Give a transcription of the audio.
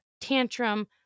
tantrum